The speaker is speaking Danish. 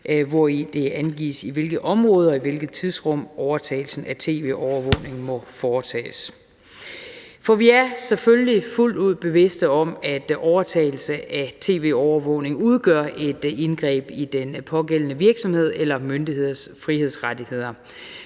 hvori det angives, i hvilket område og i hvilket tidsrum overtagelsen af tv-overvågningen må foretages. For vi er selvfølgelig fuldt ud bevidste om, at overtagelse af tv-overvågning udgør et indgreb i den pågældende virksomheds eller myndigheds frihedsrettigheder.